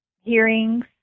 hearings